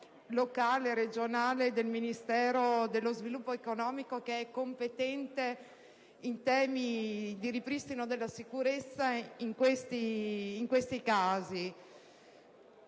locale regionale del Ministero dello sviluppo economico, che è competente in tema di ripristino della sicurezza in questi casi.